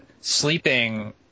sleeping